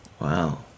wow